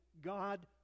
God